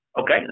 Okay